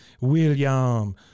William